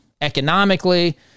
economically